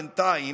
בינתיים,